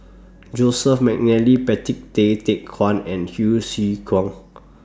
Joseph Mcnally Patrick Tay Teck Guan and Hsu Tse Kwang